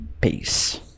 Peace